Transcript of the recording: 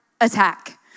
attack